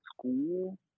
school